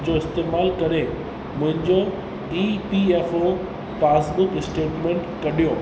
जो इस्तमालु करे मुहिंजो E P F O passbook statement कढियो